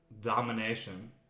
domination